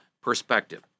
perspective